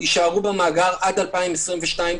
יישארו במאגר עד 2022,